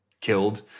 killed